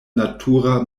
natura